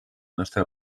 nostre